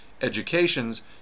educations